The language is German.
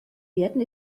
werden